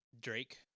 Drake